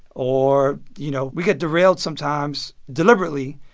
or, you know, we get derailed sometimes deliberately.